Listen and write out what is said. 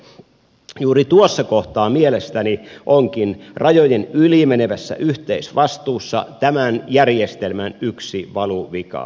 mielestäni juuri tuossa kohtaa rajojen yli menevässä yhteisvastuussa onkin tämän järjestelmän yksi valuvika